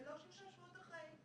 ולא שלושה שבועות אחרי.